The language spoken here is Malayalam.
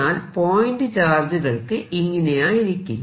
എന്നാൽ പോയിന്റ് ചാർജുകൾക്ക് ഇങ്ങനെയായിരിക്കില്ല